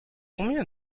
combien